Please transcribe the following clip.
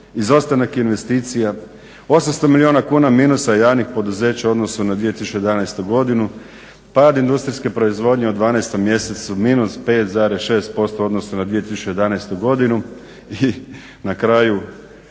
izostanak investicija, 800 milijuna kuna minusa javnih poduzeća u odnosu na 2011. godinu, pad industrijske proizvodnje u 12 mjesecu, minus 5,6% u odnosu na 2011. godinu. I na kraju